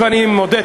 אני מודה,